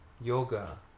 yoga